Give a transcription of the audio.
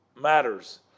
matters